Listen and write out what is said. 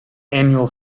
annual